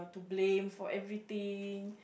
blame for everything